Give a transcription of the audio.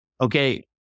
okay